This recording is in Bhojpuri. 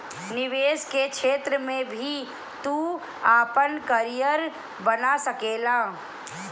निवेश के क्षेत्र में भी तू आपन करियर बना सकेला